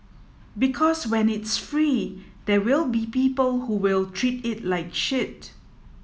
because when it's free there will be people who will treat it like shit